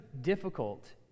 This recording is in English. difficult